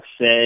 say